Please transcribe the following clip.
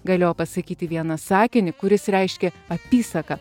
galėjo pasakyti vieną sakinį kuris reiškia apysaką